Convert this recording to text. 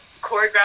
choreograph